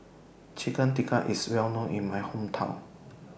Chicken Tikka IS Well known in My Hometown